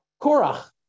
Korach